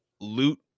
loot